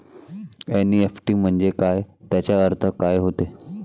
NEFT म्हंजे काय, त्याचा अर्थ काय होते?